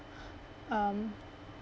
um